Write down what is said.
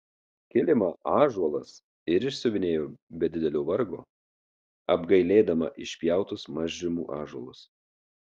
kilimą ąžuolas ir išsiuvinėjo be didelio vargo apgailėdama išpjautus mažrimų ąžuolus